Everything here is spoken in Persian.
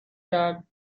کرد